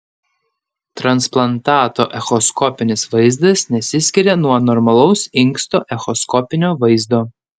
transplantato echoskopinis vaizdas nesiskiria nuo normalaus inksto echoskopinio vaizdo